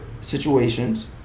situations